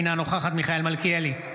אינה נוכחת מיכאל מלכיאלי,